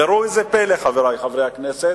וראו זה פלא, חברי חברי הכנסת,